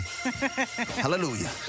Hallelujah